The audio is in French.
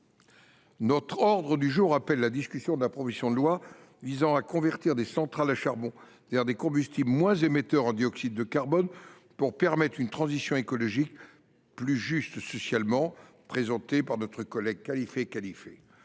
L’ordre du jour appelle la discussion de la proposition de loi visant à convertir des centrales à charbon vers des combustibles moins émetteurs en dioxyde de carbone pour permettre une transition écologique plus juste socialement, présentée par M. Khalifé Khalifé